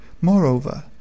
Moreover